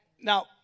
Now